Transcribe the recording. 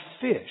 fish